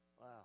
wow